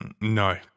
No